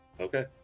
Okay